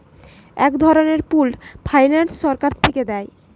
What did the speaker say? এক ধরনের pooled finance সরকার থিকে দেয়